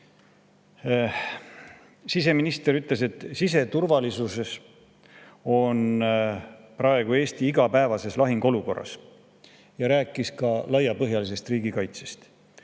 siseminister ütles, et siseturvalisuses on Eesti praegu igapäevases lahinguolukorras, ja rääkis ka laiapõhjalisest riigikaitsest.